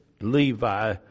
Levi